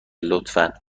لطفا